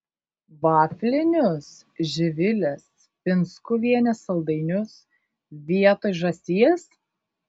vaflinius živilės pinskuvienės saldainius vietoj žąsies